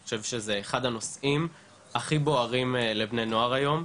אני חושב שזה אחד הנושאים הכי בוערים לבני נוער היום,